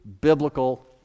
biblical